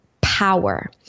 power